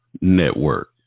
Network